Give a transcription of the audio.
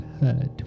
heard